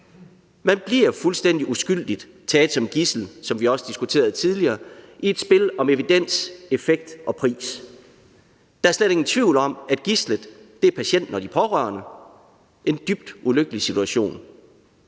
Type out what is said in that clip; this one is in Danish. Man bliver fuldstændig uskyldigt taget som gidsel, som vi også diskuterede tidligere, i et spil om evidens, effekt og pris. Der er slet ingen tvivl om, at gidslet er patienten og de pårørende – en dybt ulykkelig situation.